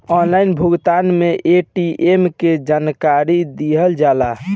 Online भुगतान में ATM के जानकारी दिहल जाला?